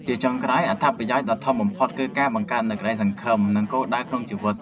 ជាចុងក្រោយ អត្ថប្រយោជន៍ដ៏ធំបំផុតគឺការបង្កើតនូវក្ដីសង្ឃឹម និងគោលដៅក្នុងជីវិត។